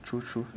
true true